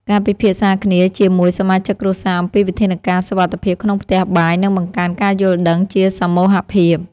ការពិភាក្សាគ្នាជាមួយសមាជិកគ្រួសារអំពីវិធានការសុវត្ថិភាពក្នុងផ្ទះបាយនឹងបង្កើនការយល់ដឹងជាសមូហភាព។